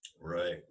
Right